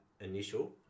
initial